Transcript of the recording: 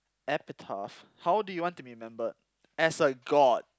epitaph how do you want to be remembered as a god